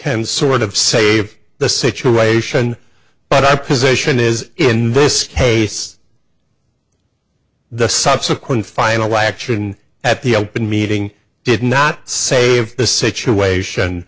can sort of save the situation but i position is in this case the subsequent final action at the open meeting did not save the situation